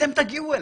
אתם תגיעו אלי,